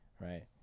right